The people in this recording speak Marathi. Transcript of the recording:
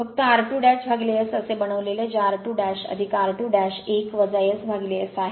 फक्त r2S असे बनविलेले जे r2 r2 1 SS आहे